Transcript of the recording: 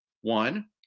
One